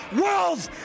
world's